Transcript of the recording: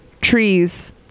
trees